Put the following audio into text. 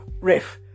riff